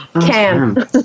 Cam